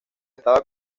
estaba